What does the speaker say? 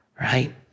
Right